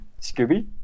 Scooby